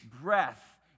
breath